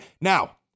Now